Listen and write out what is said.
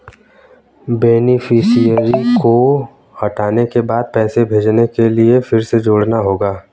beneficiary को हटाने के बाद पैसे भेजने के लिए फिर से जोड़ना होगा